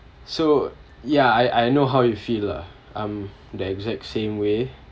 so ya I I know how you feel lah I'm the exact same way